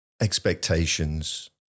expectations